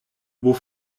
beau